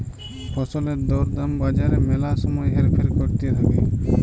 ফসলের দর দাম বাজারে ম্যালা সময় হেরফের ক্যরতে থাক্যে